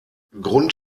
grund